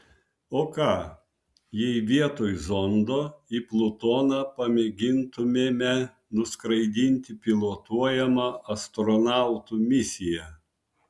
o ką jei vietoj zondo į plutoną pamėgintumėme nuskraidinti pilotuojamą astronautų misiją